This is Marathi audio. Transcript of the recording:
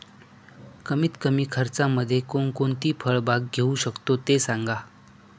कमीत कमी खर्चामध्ये कोणकोणती फळबाग घेऊ शकतो ते सांगा